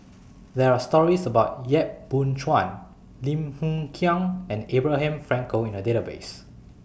There Are stories about Yap Boon Chuan Lim Hng Kiang and Abraham Frankel in The Database